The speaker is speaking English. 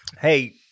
Hey